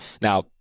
Now